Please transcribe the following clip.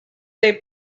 they